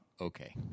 okay